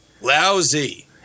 lousy